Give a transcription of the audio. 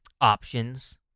Options